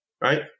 right